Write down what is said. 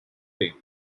fame